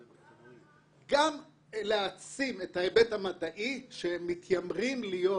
גם להעצים את ההיבט המדעי שהם מתיימרים להיות